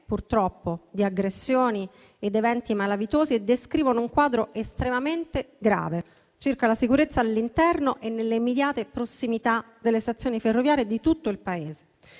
purtroppo di aggressioni e di eventi malavitosi e descrivono un quadro estremamente grave circa la sicurezza all'interno e nelle immediate prossimità delle stazioni ferroviarie di tutto il Paese.